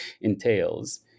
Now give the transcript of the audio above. entails